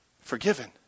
forgiven